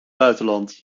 buitenland